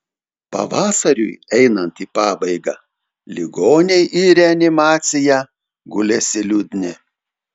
pavasariui einant į pabaigą ligoniai į reanimaciją gulėsi liūdni